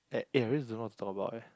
at eh I really don't know what to talk about eh